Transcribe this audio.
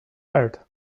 heard